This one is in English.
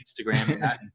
Instagram